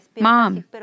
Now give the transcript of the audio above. mom